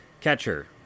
Catcher